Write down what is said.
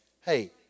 hey